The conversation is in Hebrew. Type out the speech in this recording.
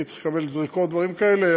כי צריך לקבל זריקות ודברים כאלה,